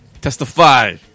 testify